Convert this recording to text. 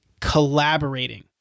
collaborating